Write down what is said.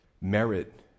Merit